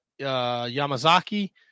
Yamazaki